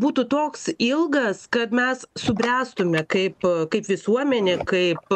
būtų toks ilgas kad mes subręstume kaip kaip visuomenė kaip